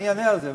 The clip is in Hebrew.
אני אענה על זה.